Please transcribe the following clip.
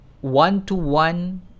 one-to-one